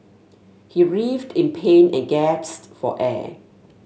he writhed in pain and gasped for air